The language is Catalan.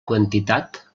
quantitat